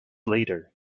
later